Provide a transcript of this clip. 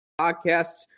podcasts